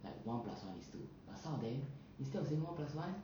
like one plus one is two but some of them instead of saying one plus one